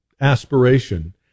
aspiration